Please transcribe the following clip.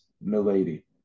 milady